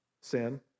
Sin